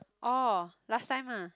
oh last time ah